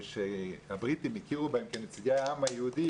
שהבריטים הכירו בהם כנציגי העם היהודי,